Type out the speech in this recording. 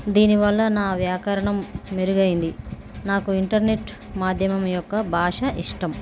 దీనివల్ల నా వ్యాకరణం మెరుగైంది నాకు ఇంటర్నెట్ మాధ్యమం యొక్క భాష ఇష్టం